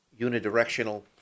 unidirectional